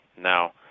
Now